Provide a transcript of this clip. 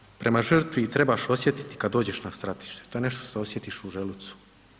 Pijetet prema žrtvi trebaš osjetiti kad dođeš na stratište, to je nešto što osjetiš u želucu.